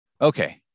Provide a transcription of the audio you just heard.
Okay